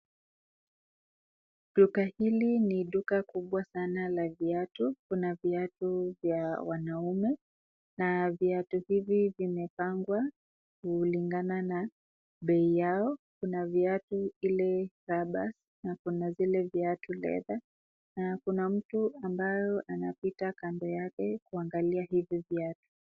Duka hili ni duka kuwa sana la viatu, kuna viatu vya wanaume na viatu hivi vimepangwa kulingana na bei yao kuna viatu ile rubber na kuna zile viatu vya leather na kuna mtu ambaye anapita kando yake kuangalia hivi viatu.